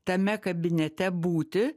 tame kabinete būti